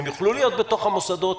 הם יוכלו להיות בתוך המוסדות,